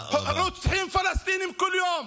רוצחים פלסטינים כל יום,